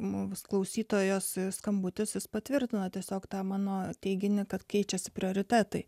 mūsų klausytojos skambutis patvirtino tiesiog tą mano teiginį kad keičiasi prioritetai